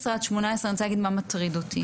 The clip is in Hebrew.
15 עד 18, אני רוצה להגיד מה מטריד אותי.